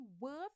worth